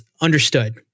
understood